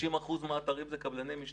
90% מהאתרים זה קבלני משנה.